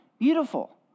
Beautiful